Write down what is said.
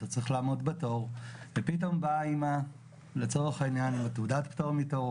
אתה צריך לעמוד בתור ופתאום באה אמא לצורך העניין עם תעודת הפטור מתור,